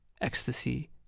ecstasy